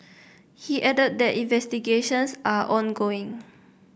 he added that investigations are ongoing